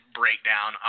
breakdown